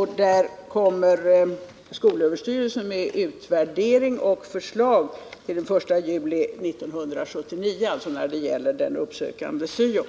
När det gäller uppsökande SYO kommer skolöverstyrelsen med utvärdering och förslag till permanent organisation av SYO-verksamheten den 1 juli 1979.